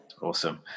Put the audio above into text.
awesome